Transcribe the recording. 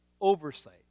oversight